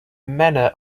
manor